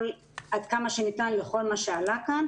עד כמה שניתן לכל מה שעלה כאן.